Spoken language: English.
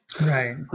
right